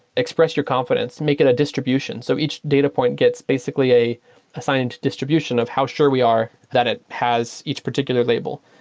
express your confidence. make it a distribution. so each data point gets basically an assigned distribution of how sure we are that it has each particular label.